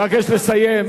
אבקש לסיים.